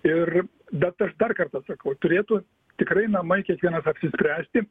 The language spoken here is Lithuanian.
ir bet aš dar kartą sakau turėtų tikrai namai kiekvienam apsispręsti